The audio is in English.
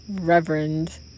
reverend